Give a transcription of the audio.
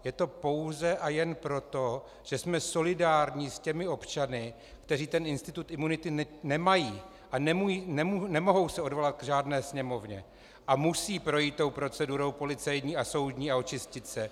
Je to pouze a jen proto, že jsme solidární s občany, kteří ten institut imunity nemají a nemohou se odvolat k žádné Sněmovně a musí projít tou procedurou policejní a soudní a očistit se.